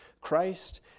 Christ